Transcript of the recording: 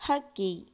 ಹಕ್ಕಿ